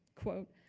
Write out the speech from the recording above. quote,